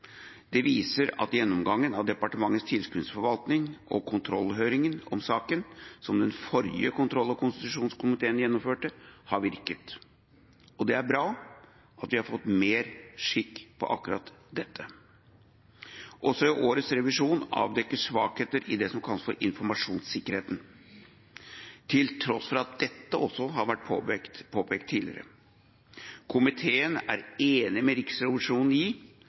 Det viser at gjennomgangen av departementets tilskuddsforvaltning og kontrollhøringa om saken, som den forrige kontroll- og konstitusjonskomiteen gjennomførte, har virket. Det er bra at vi har fått mer skikk på akkurat dette. Også årets revisjon avdekker svakheter i det som kalles for informasjonssikkerheten, til tross for at dette også har vært påpekt tidligere. Komiteen er enig med Riksrevisjonen i